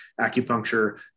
acupuncture